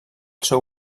seu